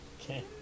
Okay